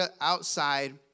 outside